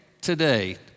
today